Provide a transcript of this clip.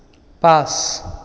পাঁচ